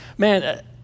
Man